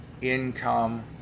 income